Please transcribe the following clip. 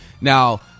Now